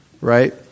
right